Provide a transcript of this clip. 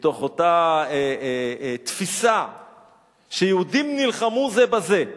מתוך אותה תפיסה שיהודים נלחמו זה בזה.